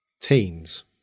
teens